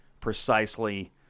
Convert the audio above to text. precisely